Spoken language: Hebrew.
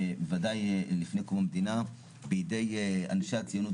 ודאי לפני קום המדינה בידי אנשי הציונות